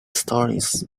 stories